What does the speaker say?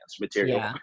material